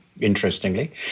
interestingly